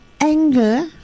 anger